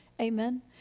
Amen